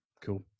Cool